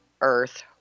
Earth